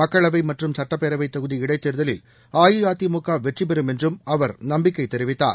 மக்களவை மற்றும் சட்டப்பேரவை தொகுதி இடைத்தேர்தலில் அஇஅதிமுக வெற்றி பெறும் என்றும் அவர் நம்பிக்கை தெரிவித்தார்